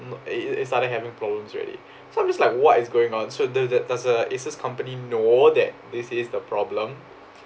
i~ i~ it started having problems already so I'm just like what is going on so do~ do~ does the asus company know that this is the problem